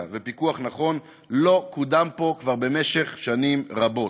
ופיקוח נכון לא קודם פה כבר שנים רבות.